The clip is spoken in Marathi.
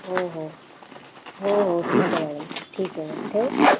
हो हो हो हो ठिक है मॅडम ठिक है ठेऊ